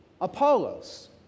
Apollos